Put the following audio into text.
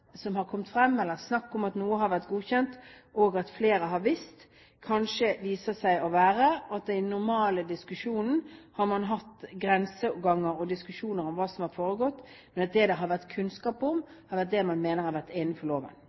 eller snakk om at noe har vært godkjent, og at flere har visst, kanskje i den normale diskusjonen viser seg å være at man har hatt grenseoppganger og diskusjoner om hva som har foregått, men at det som det har vært kunnskap om, mener man har vært innenfor loven. Det er selvfølgelig mulig å stille spørsmål om man